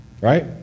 right